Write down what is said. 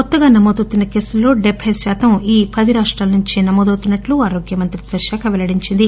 కొత్తగా నమోదవుతున్న కేసుల్లో డెబ్బై కాతం ఈ పది రాష్టాల నుంచే నమోదవుతున్నట్లు ఆరోగ్య మంత్రిత్వ శాఖ తెలియజేసింది